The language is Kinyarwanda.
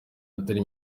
atari